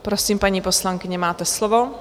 Prosím, paní poslankyně, máte slovo.